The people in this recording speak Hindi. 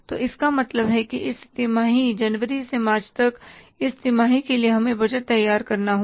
तो इसका मतलब है कि इस तिमाही जनवरी से मार्च तक इस तिमाही के लिए हमें बजट तैयार करना होगा